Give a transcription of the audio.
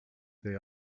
they